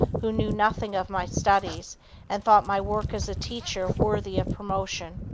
who knew nothing of my studies and thought my work as a teacher worthy of promotion.